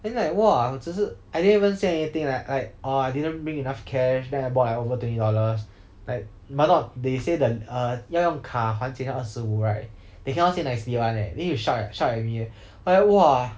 then like !wah! 只是 I didn't even say anything like oh I didn't bring enough cash then I bought like over twenty dollars like might not they say that err 要用卡还钱要二十五 right they cannot say nicely one leh need to shout at shout at me leh like !wah!